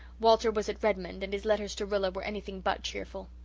walter was at redmond and his letters to rilla were anything but cheerful.